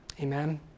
Amen